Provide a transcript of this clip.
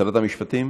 שרת המשפטים?